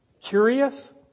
Curious